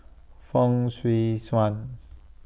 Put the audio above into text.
Fong Swee Suan